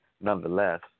Nonetheless